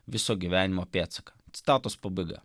viso gyvenimo pėdsaką citatos pabaiga